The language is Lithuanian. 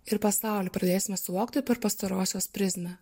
ir pasaulį pradėsime suvokti per pastarosios prizmę